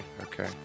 Okay